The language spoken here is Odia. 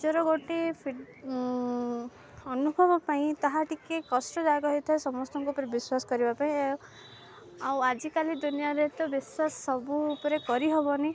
ନିଜର ଗୋଟିଏ ଅନୁଭବ ପାଇଁ ତାହା ଟିକେ କଷ୍ଟଦାୟକ ହେଇଥାଏ ସମସ୍ତଙ୍କ ଉପରେ ବିଶ୍ୱାସ କରିବା ପାଇଁ ଆଉ ଆଜିକାଲି ଦୁନିଆରେ ତ ବିଶ୍ୱାସ ସବୁ ଉପରେ କରିହେବନି